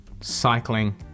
cycling